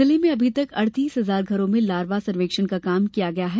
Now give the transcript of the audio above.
जिले में अभी तक अड़तीस हजार घरों में लार्वा सर्वेक्षण का काम किया गया है